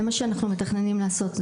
זה מה שאנחנו מתכננים לעשות,